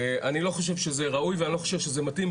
אני לא חושב שזה ראוי ואני לא חושב שזה מתאים,